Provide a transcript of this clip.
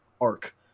arc